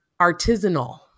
artisanal